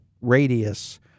radius